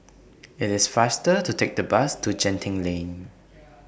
IT IS faster to Take The Bus to Genting Lane